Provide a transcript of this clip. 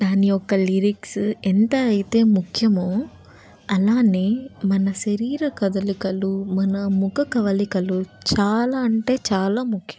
దాని యొక్క లిరిక్స్ ఎంత అయితే ముఖ్యమో అలానే మన శరీర కదలికలు మన ముఖ కవలికలు చాలా అంటే చాలా ముఖ్యం